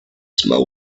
smell